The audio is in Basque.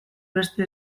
beste